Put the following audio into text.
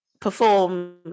perform